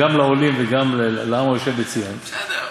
גם לעולים וגם לעם היושב בציון,